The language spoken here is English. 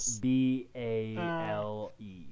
B-A-L-E